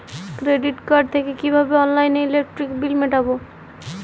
Credit card থেকে কিভাবে অনলাইনে ইলেকট্রিক বিল মেটাবো?